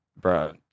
bro